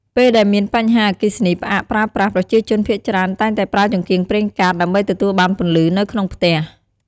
ពេលដែលមានបញ្ហាអគ្គិសនីផ្អាកប្រើប្រាស់ ប្រជាជនភាគច្រើនតែងតែប្រើចង្កៀងប្រេងកាត ដើម្បីទទួលបានពន្លឺនៅក្នុងផ្ទះ។